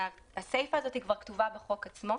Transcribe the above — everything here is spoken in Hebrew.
הסיפה הזאת כבר כתובה בחוק עצמו,